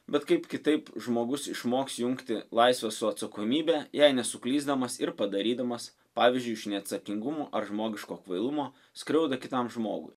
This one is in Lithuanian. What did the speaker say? bet kaip kitaip žmogus išmoks jungti laisvę su atsakomybe jei nesuklysdamas ir padarydamas pavyzdžiui iš neatsakingumo ar žmogiško kvailumo skriaudą kitam žmogui